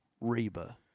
Reba